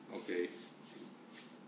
okay